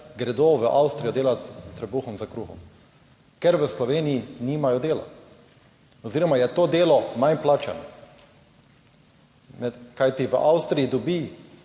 gredo v Avstrijo delati s trebuhom za kruhom, ker v Sloveniji nimajo dela oziroma je to delo manj plačano. Kajti, v Avstriji dobi